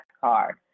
card